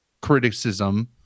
criticism